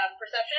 Perception